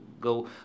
go